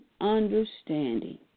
understanding